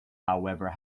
however